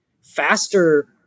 faster